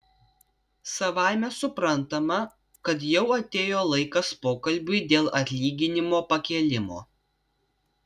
savaime suprantama kad jau atėjo laikas pokalbiui dėl atlyginimo pakėlimo